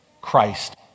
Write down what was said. Christ